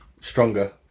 stronger